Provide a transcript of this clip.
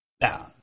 Now